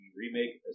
remake